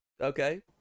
Okay